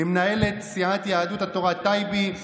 תודה למנהלת סיעת יהדות התורה טייבי,